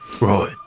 Right